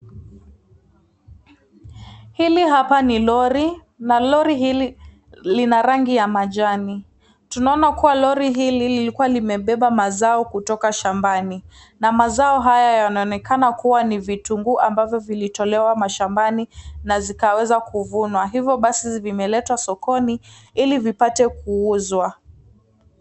Hili hapa ni lori na lori hili lina rangi ya majani. Tunaona kuwa lori hili lilikuwa limebeba mazao kutoka shambani, na mazao haya yanaoekana kuwa ni vitunguu ambavyo vilitolewa mashambani na zikaweza kuvunwa. Hivo basi vimeletwa sokoni ili vipate kuuzwa.